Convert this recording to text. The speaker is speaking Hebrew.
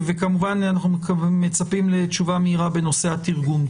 וכמובן אנחנו מקווים מצפים לתשובה מהירה בנושא התרגום.